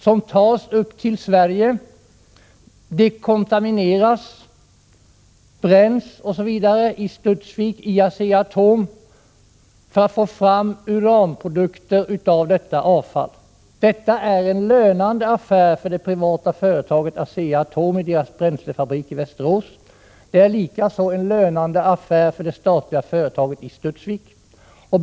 Det tas upp till Sverige, dekontamineras, bränns, osv. i Studsvik och av Asea-Atom för att man skall få fram uranprodukter av det. Detta är en lönande affär för det privata företaget Asea-Atom och dess bränslefabrik i Västerås. Det är likaså en lönande affär för det statliga företaget i Studsvik.